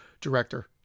director